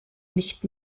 nicht